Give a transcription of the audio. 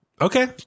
okay